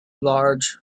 large